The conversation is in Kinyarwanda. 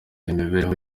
imibereho